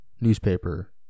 newspaper